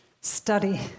study